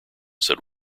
said